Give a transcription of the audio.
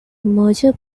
merger